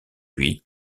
lui